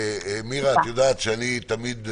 מירה, את יודעת שאני תמיד,